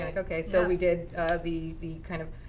like, ok. so we did the the kind of,